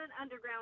underground